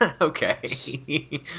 Okay